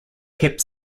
kept